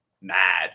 mad